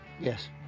Yes